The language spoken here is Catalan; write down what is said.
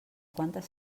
quantes